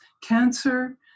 cancer